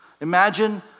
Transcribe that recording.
Imagine